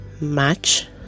match